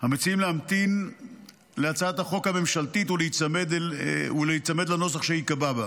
להמתין להצעת החוק הממשלתית ולהיצמד לנוסח שייקבע בה.